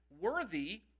worthy